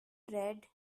red